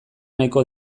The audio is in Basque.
nahiko